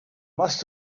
must